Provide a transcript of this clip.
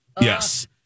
Yes